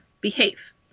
behave